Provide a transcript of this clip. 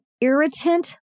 irritant